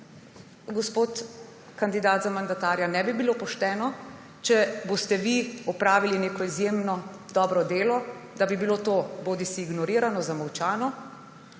gospod kandidat za mandatarja, ne bi bilo pošteno, če boste vi opravili neko izjemno dobro delo, da bi bilo to bodisi ignorirano, zamolčano